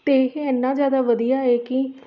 ਅਤੇ ਇਹ ਇੰਨਾਂ ਜ਼ਿਆਦਾ ਵਧੀਆ ਏ ਕਿ